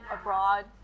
abroad